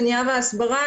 מניעה והסברה,